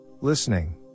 Listening